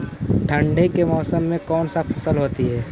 ठंडी के मौसम में कौन सा फसल होती है?